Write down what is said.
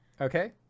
Okay